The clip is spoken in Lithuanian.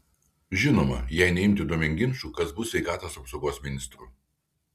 žinoma jei neimti domėn ginčų kas bus sveikatos apsaugos ministru